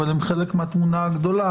אבל הן חלק מהתמונה הגדולה,